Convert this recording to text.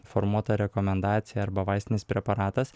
formuota rekomendacija arba vaistinis preparatas